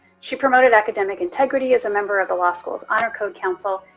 she promoted academic integrity as a member of the law school's honor code council,